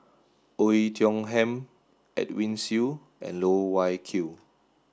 Oei Tiong Ham Edwin Siew and Loh Wai Kiew